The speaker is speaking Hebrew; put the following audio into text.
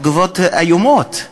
התגובות איומות.